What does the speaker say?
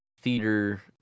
theater